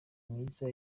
myiza